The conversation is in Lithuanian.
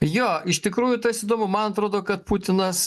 jo iš tikrųjų tas įdomu man atrodo kad putinas